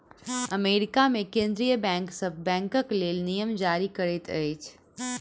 America मे केंद्रीय bank सभ बैंकक लेल नियम जारी करैत अछि